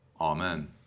Amen